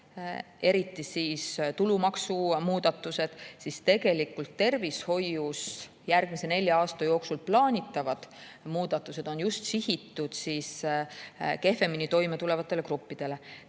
eriti tulumaksumuudatused, siis tegelikult on tervishoius järgmise nelja aasta jooksul plaanitavad muudatused sihitud kehvemini toime tulevatele gruppidele.